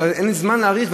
אין לי זמן להאריך,